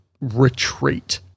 retreat